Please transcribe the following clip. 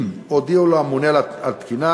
אם הודיע לו הממונה על התקינה